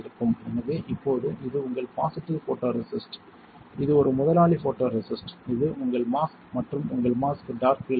எனவே இப்போது இது உங்கள் பாசிட்டிவ் போட்டோரெசிஸ்ட் இது ஒரு முதலாளி போட்டோரெசிஸ்ட் இது உங்கள் மாஸ்க் மற்றும் உங்கள் மாஸ்க் டார்க் ஃபீல்ட் மாஸ்க்